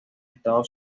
estado